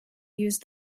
used